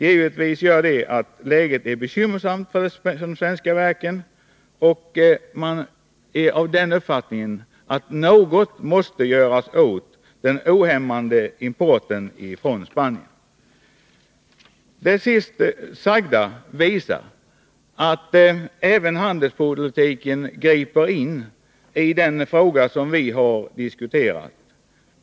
Givetvis gör detta att läget är bekymmersamt för de svenska verken, och man är av den uppfattningen att något måste göras åt den ohämmade importen från Spanien. Det sist sagda visar att även handelspolitiken griper in i den fråga som vi har diskuterat.